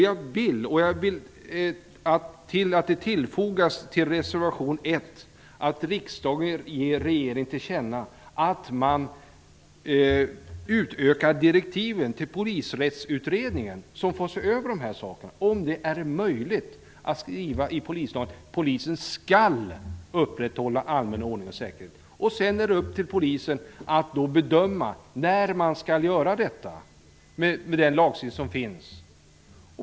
Jag vill till reservation 1 tillfoga ett påpekande om att riksdagen skall ge regeringen tillkänna att direktiven till Polisrättsutredningen skall utökas. Utredningen får se över dessa frågor. Man får undersöka om det är möjligt att skriva i polislagen att polisen skall upprätthålla allmän ordning och säkerhet. Den lagstiftning som finns innebär att det är upp till polisen att bedöma när man skall göra detta.